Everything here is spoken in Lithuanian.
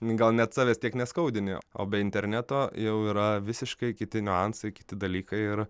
gal net savęs tiek neskaudini o be interneto jau yra visiškai kiti niuansai kiti dalykai ir